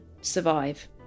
survive